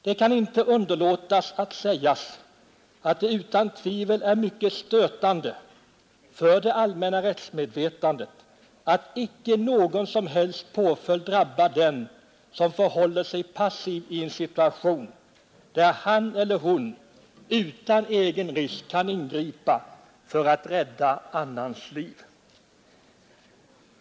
Jag kan inte underlåta att säga att det utan tvivel är mycket stötande för det allmänna rättsmedvetandet att inte någon som helst påföljd drabbar den som förhåller sig passiv i en situation där han eller hon utan egen risk kan ingripa för att rädda annans liv.